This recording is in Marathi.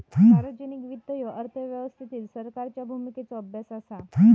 सार्वजनिक वित्त ह्यो अर्थव्यवस्थेतील सरकारच्या भूमिकेचो अभ्यास असा